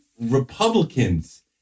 republicans